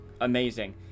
amazing